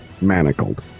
manacled